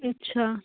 ਅੱਛਾ